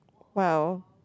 well